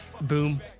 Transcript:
Boom